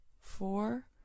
four